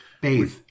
Bathe